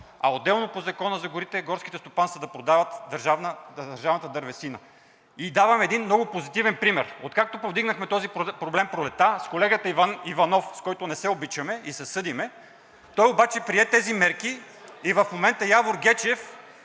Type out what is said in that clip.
а отделно по Закона за горите горските стопанства да продават държавната дървесина. И давам един много позитивен пример. Откакто повдигнахме този проблем пролетта с колегата Иван Иванов, с когото не се обичаме и се съдим, той обаче прие тези мерки и в момента Явор Гечев